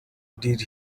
did